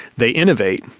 they innovate,